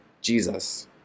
Jesus